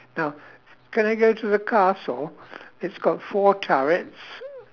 now can I go to the castle it's got four turrets